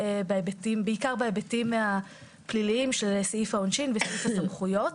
בעיקר בהיבטים הפליליים של סעיף העונשין וסעיף הסמכויות.